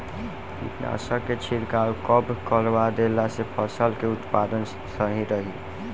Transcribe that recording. कीटनाशक के छिड़काव कब करवा देला से फसल के उत्पादन सही रही?